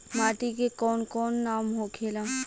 माटी के कौन कौन नाम होखे ला?